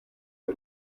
der